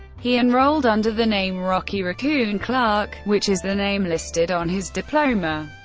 he enrolled under the name rocky raccoon clark, which is the name listed on his diploma.